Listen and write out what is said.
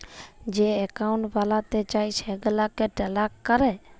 যে একাউল্ট বালাতে চায় সেগুলাকে ট্র্যাক ক্যরে